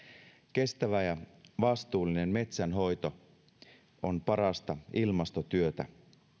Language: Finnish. kestävä ja vastuullinen metsänhoito on parasta ilmastotyötä